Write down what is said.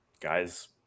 guys